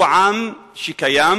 הוא עם שקיים